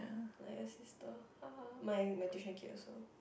like your sister my my tuition kid also